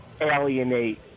Alienate